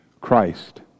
Christ